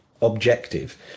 objective